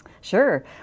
Sure